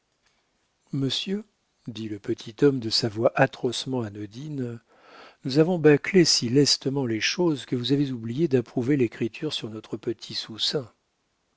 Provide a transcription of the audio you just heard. monsieur dit le petit homme de sa voix atrocement anodine nous avons bâclé si lestement les choses que vous avez oublié d'approuver l'écriture sur notre